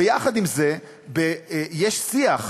ויחד עם זה, יש שיח,